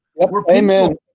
Amen